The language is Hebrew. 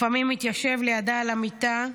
לפעמים התיישב לידה על המיטה,